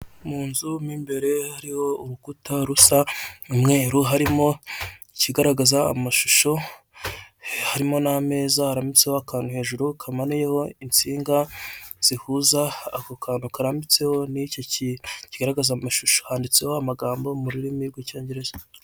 Munzu mimbere hariho urukuta rusa umweru harimo ikigaragaza amashusho harimo nameza harambitseho akantu hejuru kamanuyeho insinga zihuza ako kantu karambitseho nicyo kintu kigaragaza amashusho handitseho amagambo mururimi rw'icyongereza